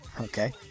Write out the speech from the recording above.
Okay